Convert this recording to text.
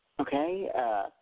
Okay